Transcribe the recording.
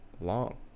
long